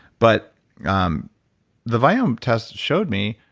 but um the viome test showed me,